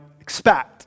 expect